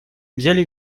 взяли